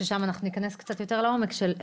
שם אנחנו ניכנס קצת יותר לעומק לאיך